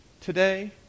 today